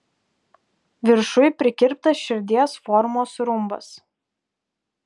viršuj prikirptas širdies formos rumbas